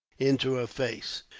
into her face.